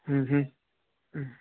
હમ હં